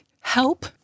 Help